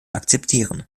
akzeptieren